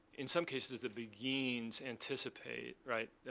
in some cases, the beguines anticipate, right,